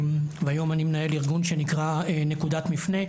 היום אני מנהל ארגון שנקרא "נקודת מפנה",